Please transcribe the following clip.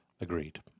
Agreed